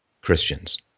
Christians